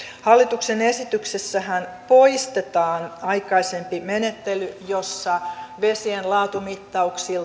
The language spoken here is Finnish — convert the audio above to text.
hallituksen esityksessähän poistetaan aikaisempi menettely jossa vesien laatumittauksia